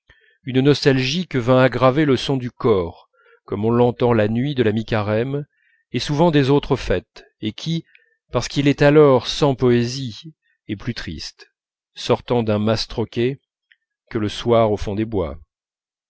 une nostalgie que vint aggraver le son du cor comme on l'entend la nuit de la mi-carême et souvent des autres fêtes et qui parce qu'il est alors sans poésie est plus triste sortant d'un mastroquet que le soir au fond des bois